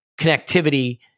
connectivity